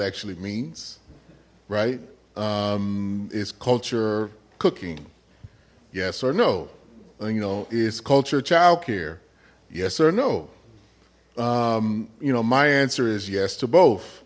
actually means right is culture cooking yes or no you know is culture child care yes or no you know my answer is yes to